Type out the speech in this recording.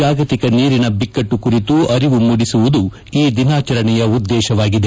ಜಾಗತಿಕ ನೀರಿನ ಬಿಕ್ಕಟ್ಟು ಕುರಿತು ಅರಿವು ಮೂಡಿಸುವುದು ಈ ದಿನಾಚರಣೆಯ ಉದ್ಗೇತವಾಗಿದೆ